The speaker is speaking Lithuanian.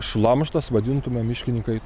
šlamštas vadintume miškinikai